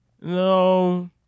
No